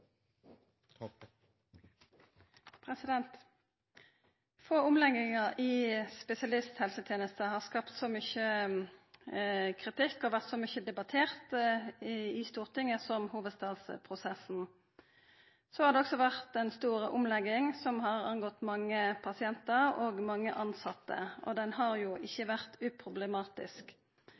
har. Få omleggingar i spesialisthelsetenesta har skapt så mykje kritikk og vore så mykje debattert i Stortinget som hovudstadsprosessen. Så har det også vore ei stor omlegging som gjeld mange pasientar og tilsette, og omlegginga har ikkje vore uproblematisk.